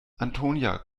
antonia